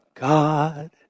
God